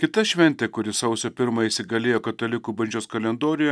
kita šventė kuri sausio pirmąją įsigalėjo katalikų bažnyčios kalendoriuje